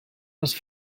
les